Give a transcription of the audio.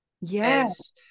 Yes